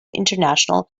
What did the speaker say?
international